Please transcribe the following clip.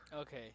Okay